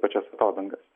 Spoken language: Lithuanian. pačias atodangas